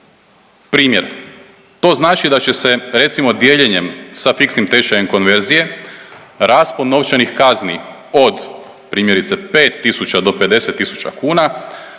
Primjer, to znači da će se recimo dijeljenjem sa fiksnim tečajem konverzije raspon novčanih kazni od primjerice 5 tisuća do 50 tisuća